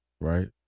Right